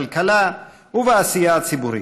בכלכלה ובעשייה הציבורית.